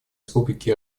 республики